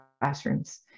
classrooms